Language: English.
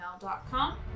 gmail.com